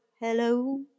Hello